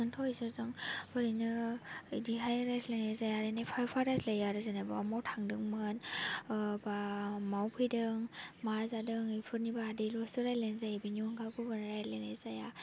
जोंथ' बिसोरजों ओरैनो बिदिहाय रायज्लायनाय जाया ओरैनो एफा एफा रायज्लायो आरो जेनेबा बबाव थांदोंमोन बा बबाव फैदों मा जादों बेफोरनि बादैल'सो रायलायनाय जायो बेनि अनगा गुबुन रायलायनाय जाया